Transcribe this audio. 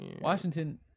Washington